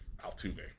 Altuve